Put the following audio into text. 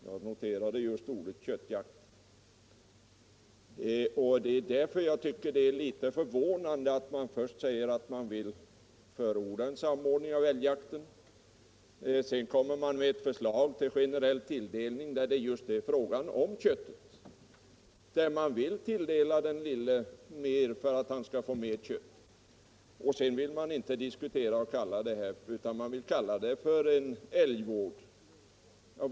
Jag noterade just ordet köttjakt. Jag tycker det är litet förvånande att man först säger att man vill förorda en samordning av älgjakten. Sedan kommer man med ett förslag om generell tilldelning där det just är fråga om att tilldela jägaren i liten skala mer för att han skall få mer kött. Sedan vill man inte diskutera vad saken gäller utan kallar det älgvård.